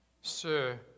Sir